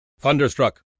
Thunderstruck